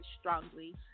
strongly